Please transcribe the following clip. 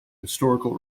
historical